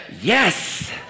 yes